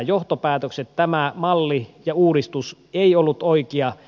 tämä malli ja uudistus ei ollut oikea